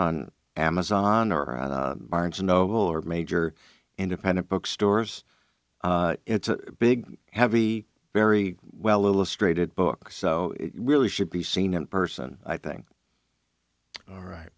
on amazon or barnes and noble or major independent bookstores it's a big heavy very well illustrated book so really should be seen in person i think all right